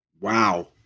Wow